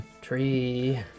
Tree